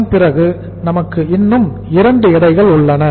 அதன் பிறகு நமக்கு இன்னும் 2 எடைகள் உள்ளன